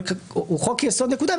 הוא חוק יסוד מקודם,